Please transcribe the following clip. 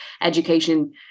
education